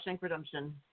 Redemption